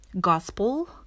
gospel